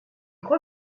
crois